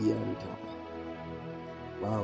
Wow